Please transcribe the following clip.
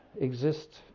exist